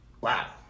Wow